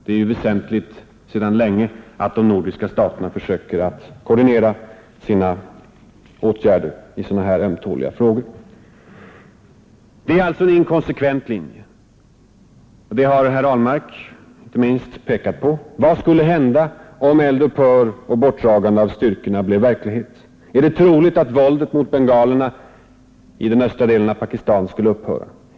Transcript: Det är väsentligt att de nordiska staterna försöker att koordinera sina åtgärder i sådana här ömtåliga frågor, och det sker också sedan länge. Detta är alltså en inkonsekvent linje, och det har inte minst herr Ahlmark visat. Vad skulle hända om eld-upphör och bortdragande av trupperna blev verklighet? Är det troligt att våldet mot bengalerna i den östra delen av Pakistan skulle upphöra?